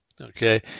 okay